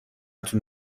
تون